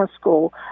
school